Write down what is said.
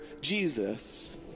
Jesus